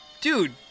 dude